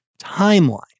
timeline